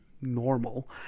normal